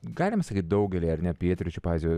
galima sakyt daugelyje ar ne pietryčių azijoje